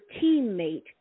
teammate